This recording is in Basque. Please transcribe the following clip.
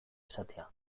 esatea